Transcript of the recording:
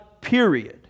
period